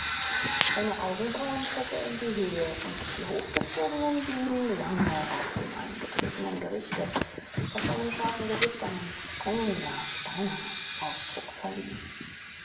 seine augenbrauen zog er in die höhe und die hochgezogenen blieben lange auf den eingetretenen gerichtet was seinem scharfen gesicht einen strengen ja steinernen ausdruck verlieh